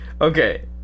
Okay